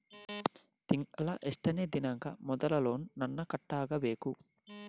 ತಿಂಗಳ ಎಷ್ಟನೇ ದಿನಾಂಕ ಮೊದಲು ಲೋನ್ ನನ್ನ ಕಟ್ಟಬೇಕು?